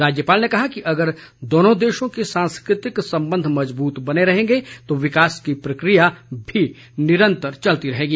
राज्यपाल ने कहा कि अगर दोनों देशों के सांस्कृतिक संबंध मजबूत बने रहेंगे तो विकास की प्रक्रिया भी निरंतर चलती रहेगी